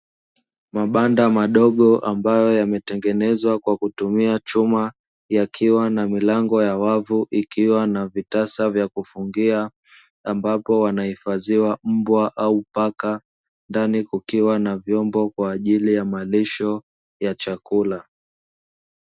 Mabanda madogo ambayo yametengenezwa kwa kutumia chuma, yakiwa na milango ya wavu ikiwa na vitasa vya kufugia, ambapo wanahifadhiwa mbwa au paka; ndani kukiwa na vyombo kwa ajili ya malisho ya chakula.